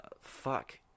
fuck